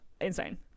insane